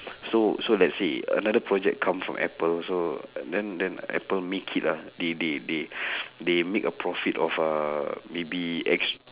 so so let's say another project come from apple so uh then then apple make it lah they they they they make a profit of maybe X